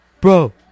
bro